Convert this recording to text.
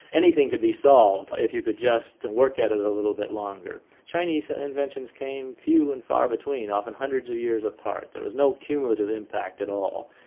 anything could be solved if you could just and work at it a little bit longer. the chinese ah inventions came few and far between, often hundreds of years apart there was no accumulative impact at all.